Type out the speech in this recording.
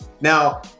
Now